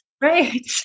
right